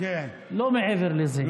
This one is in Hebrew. לא מעבר לזה.